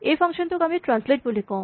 এই ফাংচন টোক আমি ট্ৰেন্সলেট বুলি কওঁ